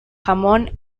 jamón